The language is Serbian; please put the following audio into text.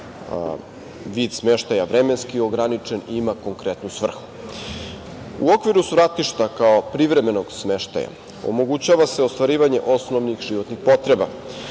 vid smeštaja vremenski ograničen i ima konkretnu svrhu.U okviru svratišta kao privremenog smeštaja omogućava se ostvarivanje osnovnih životnih potreba